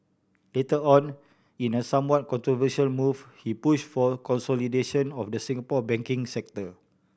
later on in a somewhat controversial move he pushed for consolidation of the Singapore banking sector